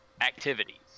activities